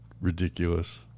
ridiculous